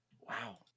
Wow